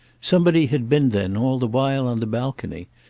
somebody had been then all the while on the balcony,